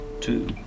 two